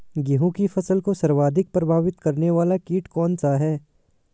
गेहूँ की फसल को सर्वाधिक प्रभावित करने वाला कीट कौनसा है?